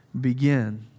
begin